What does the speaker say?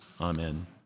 Amen